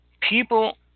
People